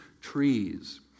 trees